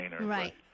right